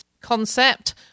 concept